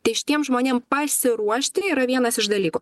tai šitiem žmonėm pasiruošti yra vienas iš dalykų